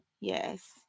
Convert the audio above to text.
Yes